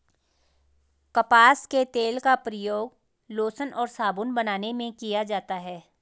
कपास के तेल का प्रयोग लोशन और साबुन बनाने में किया जाता है